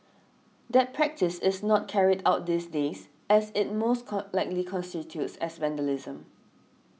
that practice is not carried out these days as it most con likely constitutes as vandalism